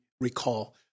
recall